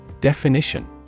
Definition